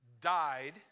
died